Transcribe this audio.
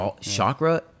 chakra